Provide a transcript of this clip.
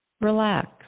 relax